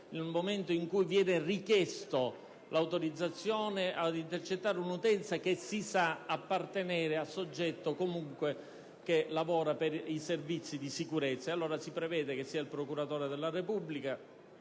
il caso in cui viene richiesta l'autorizzazione ad intercettare un'utenza che si sa appartenere ad un soggetto che lavora per i servizi di sicurezza: si prevede allora che il procuratore della Repubblica